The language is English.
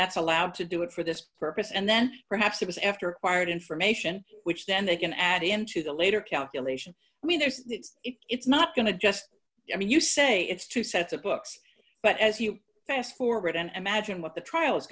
that's allowed to do it for this purpose and then perhaps it was after wired information which then they can add into the later calculations i mean this is it's not going to just i mean you say it's two sets of books but as you fast forward and imagine what the trial is